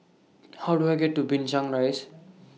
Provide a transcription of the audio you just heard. How Do I get to Binchang Rise